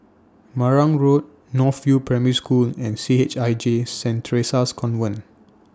Marang Road North View Primary School and C H I J Street Theresa's Convent